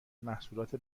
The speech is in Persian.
محصولات